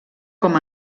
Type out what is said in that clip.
com